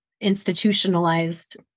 institutionalized